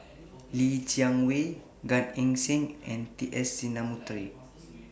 Li Jiawei Gan Eng Seng and T S Sinnathuray